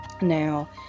Now